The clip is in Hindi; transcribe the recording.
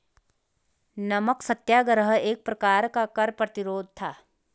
नमक सत्याग्रह एक प्रकार का कर प्रतिरोध था